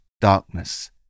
darkness